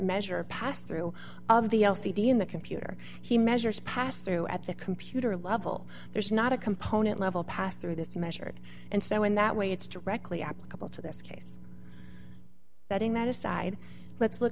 measure passed through of the l c d in the computer he measures passed through at the computer level there's not a component level passed through this measured and so in that way it's directly applicable to this case that in that aside let's look